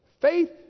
Faith